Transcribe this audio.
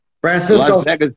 Francisco